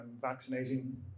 vaccinating